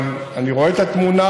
אבל אני רואה את התמונה,